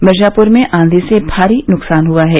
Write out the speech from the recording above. मिर्जापुर में भी आँधी से भारी नुकसान हुआ है